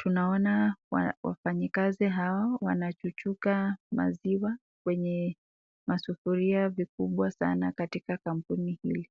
tunaona wafanyikazi hao wanachuchunga maziwa kwenye masufuria vikubwa sana katika kampuni hili.